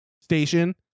station